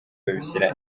babishyira